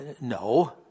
No